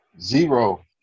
zero